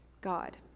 God